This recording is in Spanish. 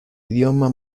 idioma